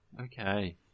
Okay